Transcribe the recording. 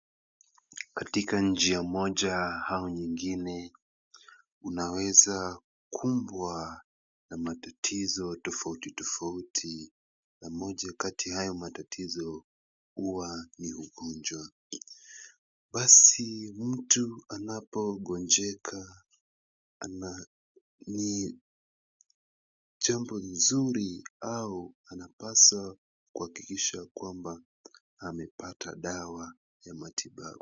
Katika njia moja au nyingine, unaweza kumbwa na matatizo tofauti tofauti na moja kati hayo matatizo huwa ni ugonjwa. Basi mtu anapogonjeka, ni jambo nzuri au anapaswa kuhakikisha kwamba amepata dawa ya matibabu.